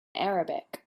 arabic